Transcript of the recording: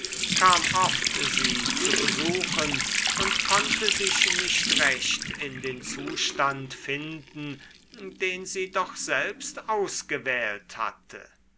kam oft sie zu besuchen und konnte sich nicht recht in den zustand finden den sie doch selbst ausgewählt hatte